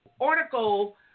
article